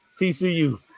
TCU